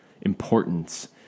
importance